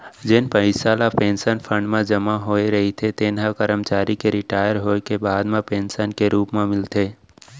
जेन पइसा ल पेंसन फंड म जमा होए रहिथे तेन ह करमचारी के रिटायर होए के बाद म पेंसन के रूप म मिलथे